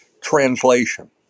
translation